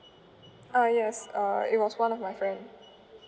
ah yes it was one of my friend